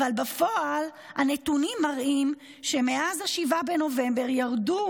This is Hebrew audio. אבל בפועל הנתונים מראים שמאז 7 בנובמבר ירדו